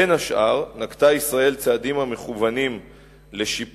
בין השאר נקטה ישראל צעדים המכוונים לשיפור